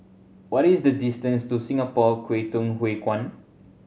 what is the distance to Singapore Kwangtung Hui Kuan